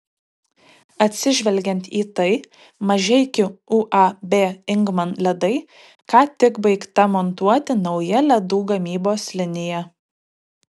atsižvelgiant į tai mažeikių uab ingman ledai ką tik baigta montuoti nauja ledų gamybos linija